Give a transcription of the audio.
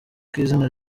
kw’izina